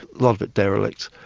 lot of it derelict,